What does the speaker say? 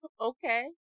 Okay